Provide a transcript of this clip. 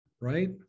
right